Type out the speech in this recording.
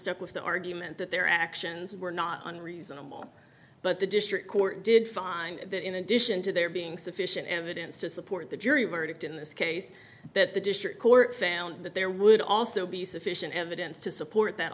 stuck with the argument that their actions were not on reasonable but the district court did find that in addition to there being sufficient evidence to support the jury verdict in this case that the district court found that there would also be sufficient evidence to support that